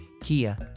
Kia